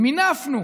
ומינפנו